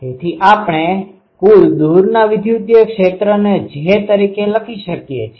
તેથી આપણે કુલ દૂરના વિદ્યુતીય ક્ષેત્રને j તરીકે લખી શકીએ છીએ